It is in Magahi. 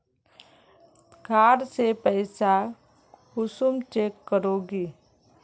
कार्ड से पैसा कुंसम चेक करोगी?